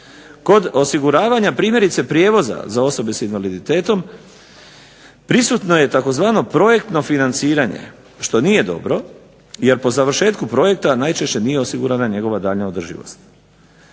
Kod osiguravanja primjerice prijevoza za osobe s invaliditetom prisutno je tzv. projektno financiranje što nije dobro jer po završetku projekta najčešće nije osigurana njegova daljnja održivost.